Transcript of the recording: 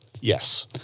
Yes